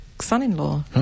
son-in-law